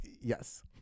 yes